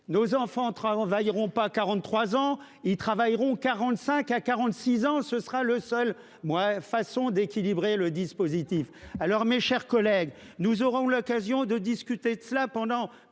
nos enfants travailleront pas 43 ans. Ils travailleront 45 à 46 ans, ce sera le seul mouais façon d'équilibrer le dispositif. Alors, mes chers collègues, nous aurons l'occasion de discuter de cela pendant